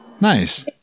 Nice